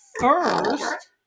first